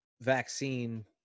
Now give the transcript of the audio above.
vaccine